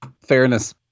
fairness